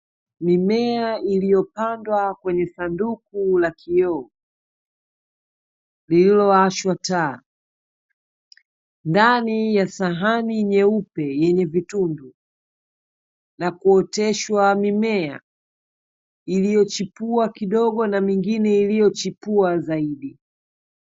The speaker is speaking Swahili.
Mimea iliyopandwa kwenye sanduku la kioo, lililowashwa taa, ndani ya sahani nyeupe yenye vitundu, na kuoteshwa mimea iliyochipua kidogo, na mingine iliyochipua zaidi.